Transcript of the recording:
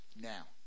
now